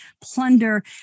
Plunder